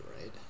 right